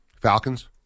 Falcons